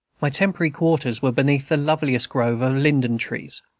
my temporary quarters were beneath the loveliest grove of linden-trees,